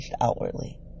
outwardly